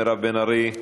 חברת הכנסת מירב בן ארי,